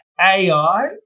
AI